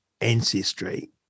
ancestry